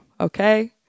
Okay